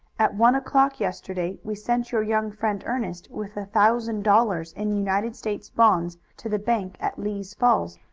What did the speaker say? at one o'clock yesterday we sent your young friend ernest with a thousand dollars in united states bonds to the bank at lee's falls,